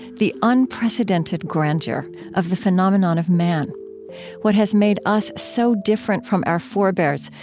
the unprecedented grandeur, of the phenomenon of man what has made us so different from our forebears,